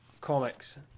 comics